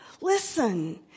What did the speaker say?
listen